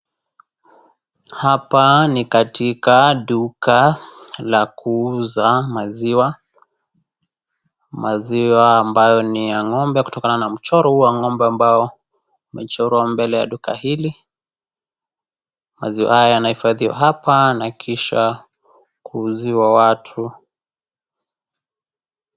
Hapa ni katika duka la kuuza maziwa, maziwa ambayo niya ng'ombe kutokana na mchoro huu wa ng'ombe amabao umechorwa mbele ya duka hili, maziwa haya yanahifadhiwa hapa na kisha kuuziwa watu.